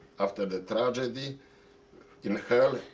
after the tragedy in hell,